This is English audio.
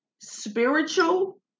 spiritual